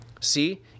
see